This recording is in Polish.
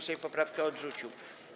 Sejm poprawkę odrzucił.